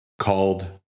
called